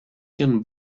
can